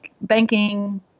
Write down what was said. banking